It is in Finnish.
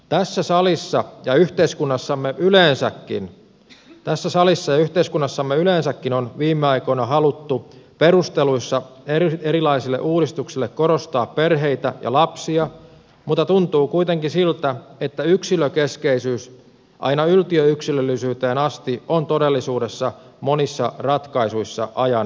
tässä salissa ja yhteiskunnassamme yleensäkin tässä salissa ja yhteiskunnassamme yleensäkin on viime aikoina haluttu perusteluissa erilaisille uudistuksille korostaa perheitä ja lapsia mutta tuntuu kuitenkin siltä että yksilökeskeisyys aina yltiöyksilöllisyyteen asti on todellisuudessa monissa ratkaisuissa ajan henki